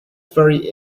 very